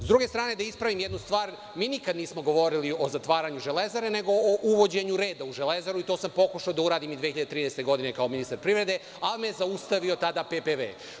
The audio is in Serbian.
Sa druge strane, da ispravim jednu stvar, mi nikada nismo govorili o zatvaranju „Železare“, nego uvođenju reda u „Železari“ i to sam pokušao da uradim i 2013. godine, kao ministar privrede, ali me je zaustavio tada PPV.